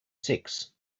six